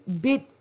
bit